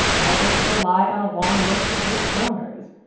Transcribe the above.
neither could rely on a long list of rich donors.